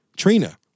Trina